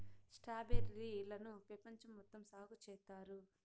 strawberry లను పెపంచం మొత్తం సాగు చేత్తారు